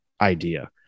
idea